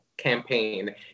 campaign